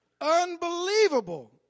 Unbelievable